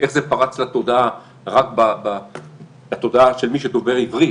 איך זה פרץ לתודעה של מי שדובר עברית,